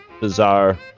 bizarre